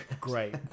Great